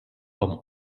com